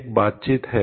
एक बातचीत है